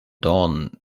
dorn